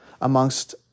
amongst